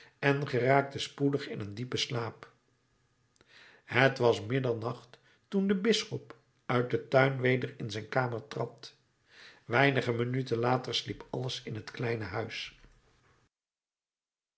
en geraakte spoedig in een diepen slaap het was middernacht toen de bisschop uit den tuin weder in zijn kamer trad weinige minuten later sliep alles in het kleine huis